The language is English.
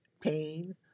pain